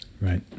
Right